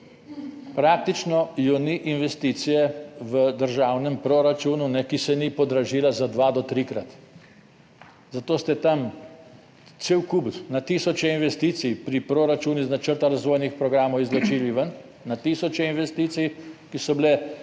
Praktično je ni investicije v državnem proračunu, ki se ni podražila za dva do trikrat, zato ste tam cel kup, na tisoče investicij pri proračunu iz načrta razvojnih programov izločili ven, na tisoče investicij, ki so bile